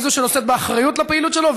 היא שנושאת באחריות לפעילות שלו,